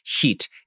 heat